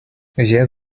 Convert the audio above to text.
wir